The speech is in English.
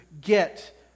get